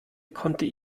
konnte